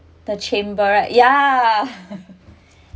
the chamber yeah